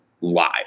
Live